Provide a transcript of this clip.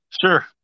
Sure